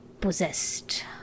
possessed